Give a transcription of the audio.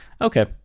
Okay